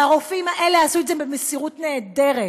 והרופאים האלה עשו את זה במסירות נהדרת.